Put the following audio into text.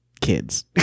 kids